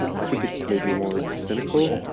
i think it's made me more cynical.